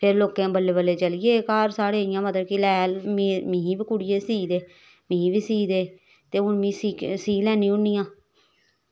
फिर लोकैं बल्लैं बल्लैं चली आए घर साढ़े इयां मतलव कि लै मिगी बी कुड़िये सीऽ दे मिगी बी सीऽ दे ते हून में सीऽ लैन्नी होन्नी आं